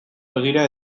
begira